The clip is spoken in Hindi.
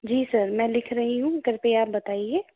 जी सर मैं लिख रही हूँ कृपया आप बताइए